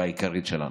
העיקרית שלנו.